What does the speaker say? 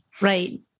Right